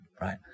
right